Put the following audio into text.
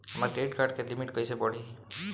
हमार credit card के limit कइसे बढ़ी?